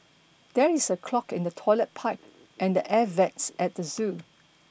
there is a clog in the toilet pipe and the air vents at the zoo